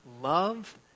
love